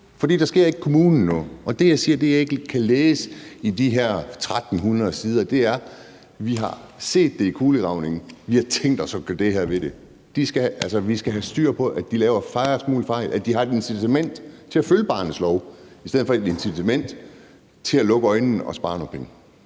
der sker ikke kommunen noget. Det, jeg siger, er, at jeg ikke kan læse i de her 1.300 sider, at der står: Vi har set det i kulegravningen, og vi har tænkt os at gøre det her ved det. Altså, vi skal have styr på, at de laver færrest mulige fejl, og at de har et incitament til at følge barnets lov i stedet for et incitament til at lukke øjnene og spare nogle penge.